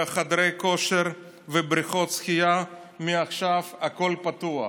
חדרי כושר ובריכות שחייה, מעכשיו הכול פתוח.